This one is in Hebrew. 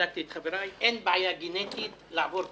בדקתי את חבריי אין בעיה גנטית לעבור בחינות.